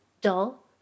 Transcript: dull